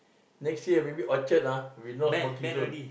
next year maybe orchard ah we no smoking zone